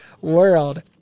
World